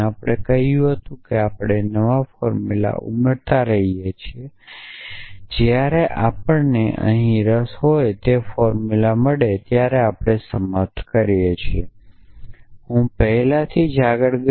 આપણે કહ્યું હતું કે આપણે નવા ફોર્મ્યુલા ઉમેરતા રહીએ છીએ અને જ્યારે આપણને અહીં રસ હોય તે ફોર્મુલા મળે ત્યારે આપણે સમાપ્ત કરીએ છીએ હું પહેલાથી જ આગળ ગયો